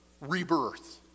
rebirth